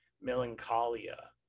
melancholia